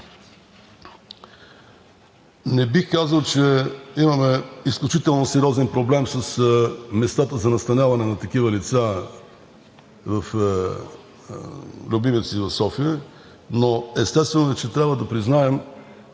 Не бих казал, че имаме изключително сериозен проблем с местата за настаняване на такива лица в Любимец и в София, но естествено е, че трябва да признаем,